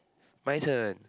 my turn